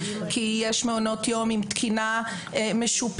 כי יש מעונות יום עם תקינה משופרת,